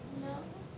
ya loh